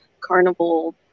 carnival